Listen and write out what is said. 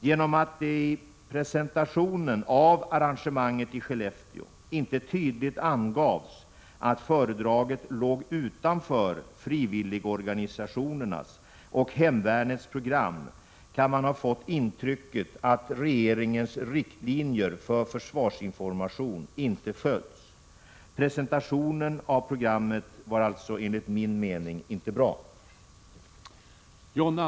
Genom att det i presentationen av arrangemanget i Skellefteå inte tydligt angavs att föredraget låg utanför frivilligorganisationernas och hemvärnets program kan man ha fått intrycket att regeringens riktlinjer för försvarsinformationen inte följts. Presentationen av programmet var alltså enligt min mening inte bra.